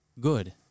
good